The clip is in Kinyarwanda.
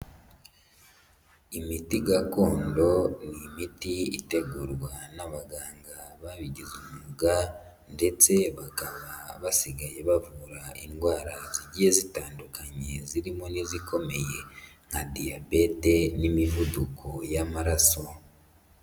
Imiti gakondo n' imiti itegurwa n'abaganga babigize umwuga ndetse bakaba basigaye bavura indwara zigiye zitandukanye zirimo n'izikomeye, nka diyabete n'imivuduko y'amaraso.